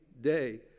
day